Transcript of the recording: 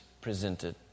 presented